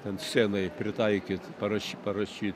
ten scenai pritaikyt paraš parašyt